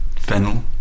Fennel